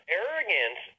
arrogance